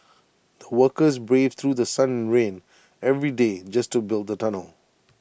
the workers braved through The Sun and rain every day just to build the tunnel